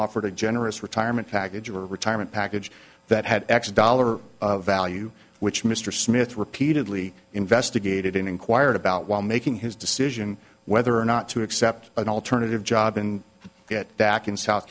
offered a generous retirement package of a retirement package that had x dollar value which mr smith repeatedly investigated and inquired about while making his decision whether or not to accept an alternative job and get back in south